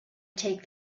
take